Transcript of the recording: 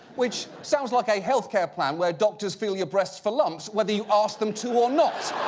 which sounds like a health care plan where doctors feel your breasts for lumps whether you asked them to or not.